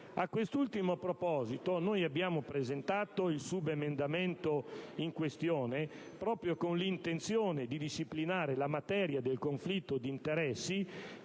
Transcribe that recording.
A quest'ultimo proposito, noi abbiamo presentato il subemendamento in questione proprio con l'intenzione di disciplinare la materia del conflitto d'interessi